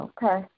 Okay